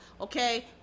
Okay